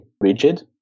rigid